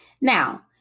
now